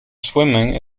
swimming